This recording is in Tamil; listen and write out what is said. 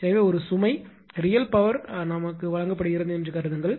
எனவே ஒரு சுமை ரியல் பவர் வழங்கப்படுகிறது என்று கருதுங்கள்